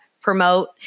promote